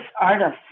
artists